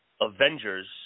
Avengers